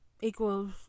equals